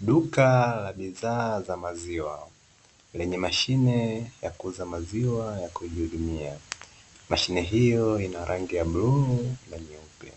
Duka la bidhaa za maziwa lenye mashine ya kuuza maziwa ya kujihudumia, mashine hiyo ina rangi ya bluu na nyeupe